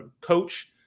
coach